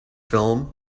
film